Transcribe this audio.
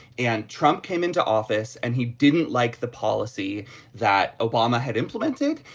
and trump came into office and he didn't like the policy that obama had implemented.